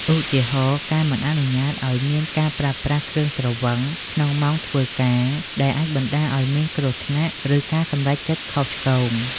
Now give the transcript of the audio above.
ឧទាហរណ៍ ការមិនអនុញ្ញាតឱ្យមានការប្រើប្រាស់គ្រឿងស្រវឹងក្នុងម៉ោងធ្វើការ ដែលអាចបណ្ដាលឱ្យមានគ្រោះថ្នាក់ ឬការសម្រេចចិត្តខុសឆ្គង។